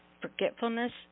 forgetfulness